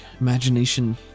imagination